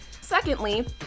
Secondly